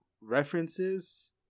references